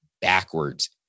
backwards